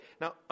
now